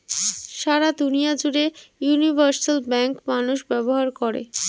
সারা দুনিয়া জুড়ে universal bank মানুষ ব্যবহার করে